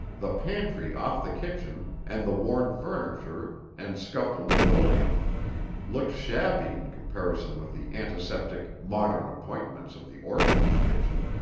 the pantry off the kitchen and the worn furniture and scuffed linoleum looked shabby in comparison with the antiseptic, modern appointments of the orphanage kitchen.